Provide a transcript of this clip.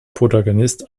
protagonist